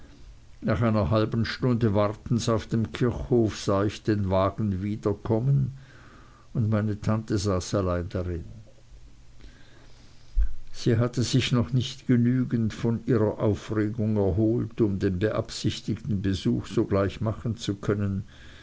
nach einer halben stunde wartens auf dem kirchhof sah ich den wagen wieder kommen und meine tante saß allein drin sie hatte sich noch nicht genügend von ihrer aufregung erholt um den beabsichtigten besuch sogleich machen zu können